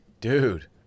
Dude